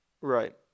Right